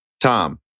Tom